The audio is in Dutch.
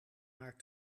haar